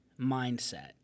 mindset